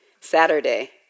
Saturday